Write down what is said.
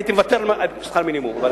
הייתי מוותר על שכר מינימום.